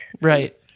Right